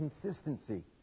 consistency